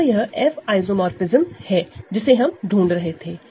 अतः यह F isomorphism है जिसे हम ढूंढ रहे थे